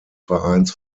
vereins